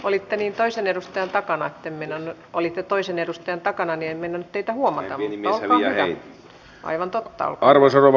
olitte niin tai sen edustajat tapaavat ryminällä oli jo toisen edustajan takana nieminen pitää huomata mihin jäi aivan totta arvoisa rouva puhemies